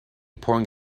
pouring